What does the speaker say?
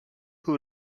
who